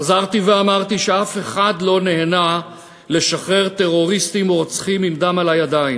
חזרתי ואמרתי שאף אחד לא נהנה לשחרר טרוריסטים רוצחים עם דם על הידיים,